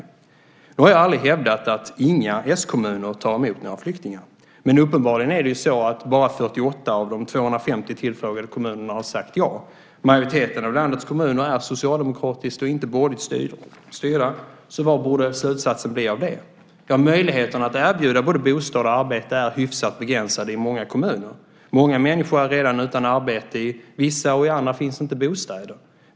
Jag har aldrig hävdat att inga s-kommuner tar emot några flyktingar. Men uppenbarligen har bara 48 av de 250 tillfrågade kommunerna sagt ja. Majoriteten av landets kommuner är socialdemokratiskt och inte borgerligt styrda. Vad borde slutsatsen bli av det? Möjligheten att erbjuda både bostad och arbete är hyfsat begränsad i många kommuner. Många människor är redan utan arbete i vissa och i andra finns inte bostäder.